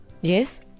Yes